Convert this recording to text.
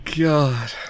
God